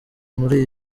muri